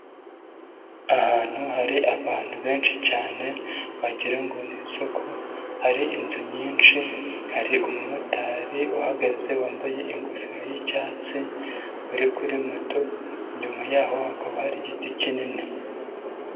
Ahantu hari abantu benshi cyane wagira ngo ni isoko, hari inzu nyinshi, hari umumotari uhagaze wambaye ingofero y'icyatsi uri kuri moto, inyuma yaho hakaba hari igiti kinini.